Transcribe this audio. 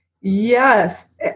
Yes